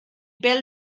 bêl